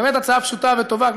באמת הצעה פשוטה וטובה.